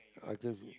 I guess